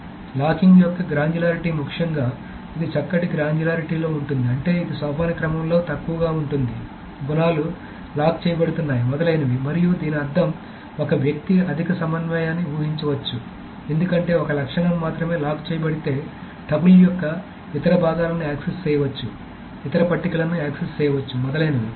కాబట్టి లాకింగ్ యొక్క గ్రాన్యులారిటీ ముఖ్యంగా ఇది చక్కటి గ్రాన్యులారిటీలో ఉంటుంది అంటే ఇది సోపానక్రమంలో తక్కువగా ఉంటుంది గుణాలు లాక్ చేయబడుతున్నాయి మొదలైనవి మరియు దీని అర్థం ఒక వ్యక్తి అధిక సమన్వయాన్ని ఊహించవచ్చు ఎందుకంటే ఒక లక్షణం మాత్రమే లాక్ చేయబడితే టపుల్ యొక్క ఇతర భాగాలను యాక్సెస్ చేయవచ్చు ఇతర పట్టికలను యాక్సెస్ చేయవచ్చు మొదలైనవి